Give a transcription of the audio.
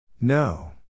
No